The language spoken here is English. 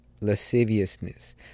Lasciviousness